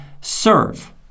serve